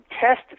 test